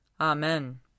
Amen